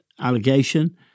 allegation